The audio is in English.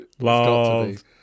Love